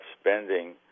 spending